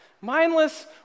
Mindless